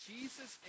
Jesus